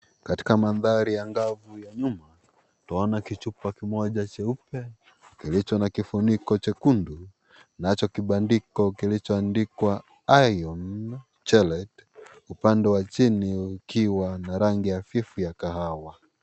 Katika mandhari angavu ya nyuma, tunaona kichupa cheupe kilicho na kifuniko chekundu, nacho kibandiko kilichoandikwa Iron Chelate upande wa chini ukiwa na rangi hafifu ya kahawa.